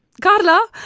Carla